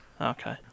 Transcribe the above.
Okay